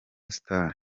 star